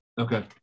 Okay